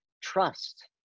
trust